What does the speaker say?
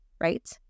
right